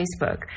Facebook